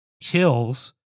kills